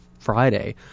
Friday